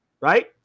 right